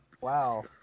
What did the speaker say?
Wow